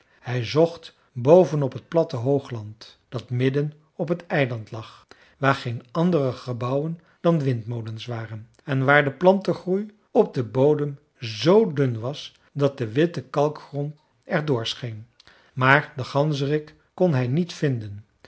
hij zocht boven op het platte hoogland dat midden op het eiland lag waar geen andere gebouwen dan windmolens waren en waar de plantengroei op den bodem z dun was dat de witte kalkgrond er door scheen maar den ganzerik kon hij niet vinden